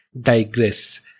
digress